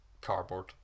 cardboard